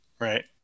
Right